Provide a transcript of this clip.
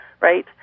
Right